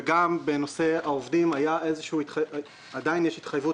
וגם בנושא העובדים עדיין יש התחייבות